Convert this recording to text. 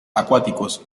acuáticos